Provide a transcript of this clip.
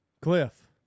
Cliff